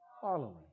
following